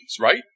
right